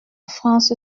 france